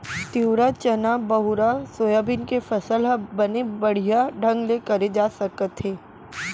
तिंवरा, चना, बहुरा, सोयाबीन के फसल ह बने बड़िहा ढंग ले करे जा सकत हे